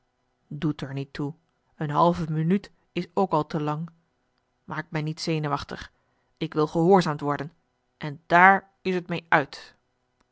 doet er niet toe een halve minuut is ook al te lang maak mij niet zenuwachtig ik wil gehoorzaamd worden en daar is t mee uit